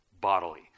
bodily